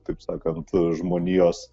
taip sakant žmonijos